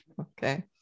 okay